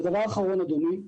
ודבר אחרון, אדוני,